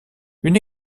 une